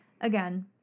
again